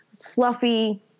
fluffy